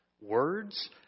Words